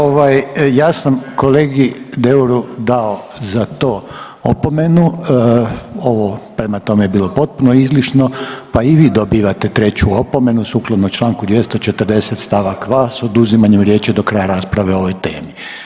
Dobro, ovaj ja sam kolegi Deuru dao za to opomenu, ovo prema tome je bilo potpuno izlišno pa i vi dobivate treću opomenu sukladno Članku 240. stavak 2. s oduzimanjem riječi do kraja rasprave o ovoj temi.